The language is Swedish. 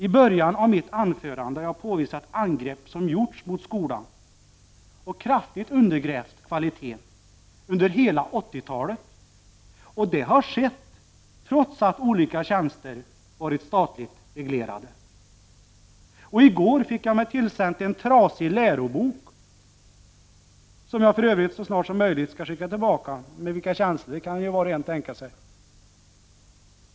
I början av mitt anförande har jag påvisat angrepp som gjorts mot skolan och som kraftigt undergrävt kvaliteten under hela 80-talet, och det har skett trots att olika tjänster varit statligt reglerade. I går fick jag mig tillsänd en trasig lärobok, som jag för övrigt så snart som möjligt skall skicka tillbaka — med vilka känslor kan var och en tänka sig.